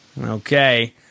Okay